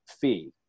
fee